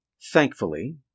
Thankfully